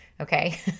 Okay